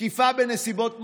תקיפה בנסיבות מחמירות,